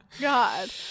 god